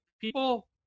people